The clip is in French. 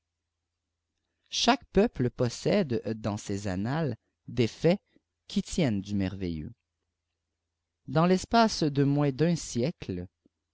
chaque peuple possède dans ses annales des faits qui tiennent du merveilleux dans l'espace de moins d'un siècle